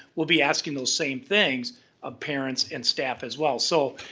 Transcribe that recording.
we'll be asking those same things of parents and staff as well. so,